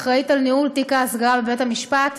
האחראית לניהול תיק ההסגרה בבית-המשפט,